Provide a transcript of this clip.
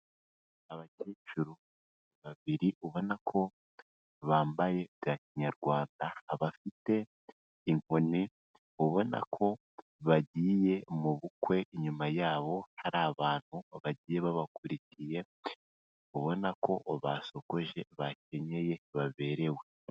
Abakecuru babiri ubona ko bambaye bya kinyarwanda abafite inkoni ubona ko bagiye mu bukwe, inyuma yabo hari abantu bagiye babakurikiye ubona ko basokoje, bakenyeye, baberewe.